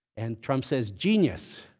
and trump says, genius.